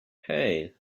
hey